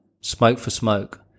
smoke-for-smoke